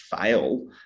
fail